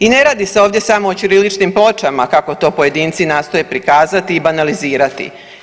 I ne radi se ovdje samo o ćiriličnim pločama kako to pojedinci nastoje prikazati i banalizirati.